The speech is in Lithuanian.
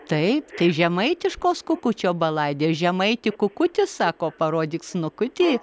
taip tai žemaitiškos kukučio baladės žemaiti kukuti sako parodyk snukutį